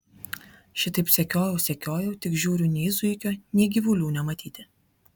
šitaip sekiojau sekiojau tik žiūriu nei zuikio nei gyvulių nematyti